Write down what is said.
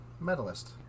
Medalist